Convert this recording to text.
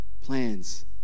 Plans